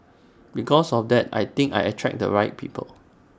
because of that I think I attract the right people